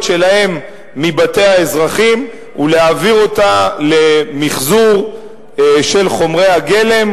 שלהם מבתי האזרחים ולהעביר אותה למיחזור של חומרי הגלם,